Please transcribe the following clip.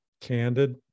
candid